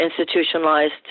institutionalized